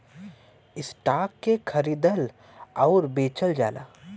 stock के खरीदल आउर बेचल जाला